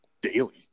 daily